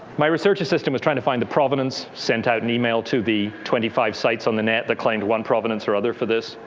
my research assistant was trying to find the provenance. sent out an email to the twenty five sites on the net that claimed one provenance or other for this.